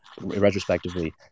retrospectively